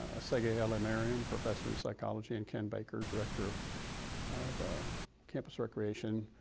assege hallemariam, professor in psychology, and kim baker, director of campus recreation,